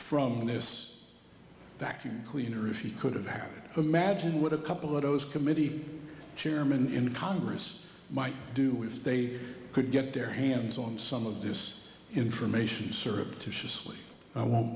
from this vacuum cleaner if you could have imagined what a couple of those committee chairman in congress might do if they could get their hands on some of this information surreptitiously i won't